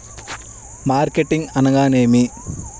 Marketing అనగానేమి?